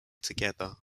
together